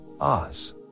Oz